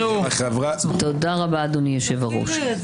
תודה רבה, אדוני היושב-ראש.